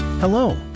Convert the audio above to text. Hello